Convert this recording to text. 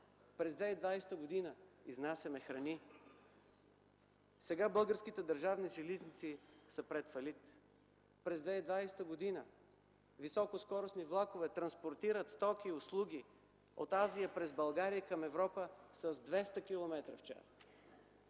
През 2020 г. изнасяме храни. - Сега Българските държавни железници са пред фалит. През 2020 г. високоскоростни влакове транспортират стоки и услуги от Азия през България към Европа с 200 км в час.